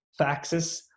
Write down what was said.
faxes